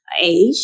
age